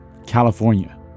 California